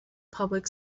public